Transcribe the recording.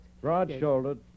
Broad-shouldered